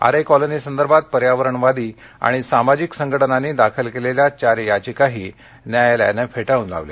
आरे कॉलनीसंदर्भात पर्यावरणवादी आणि सामाजिक संघटनांनी दाखल केलेल्या चार याचिकाही न्यायालयानं फेटाळून लावल्या